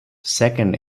second